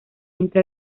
entra